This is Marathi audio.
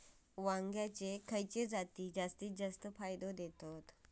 वांग्यातले खयले जाती जास्त फायदो देतत?